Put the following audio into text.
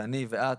אני ואת,